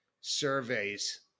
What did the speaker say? surveys